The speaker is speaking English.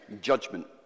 judgment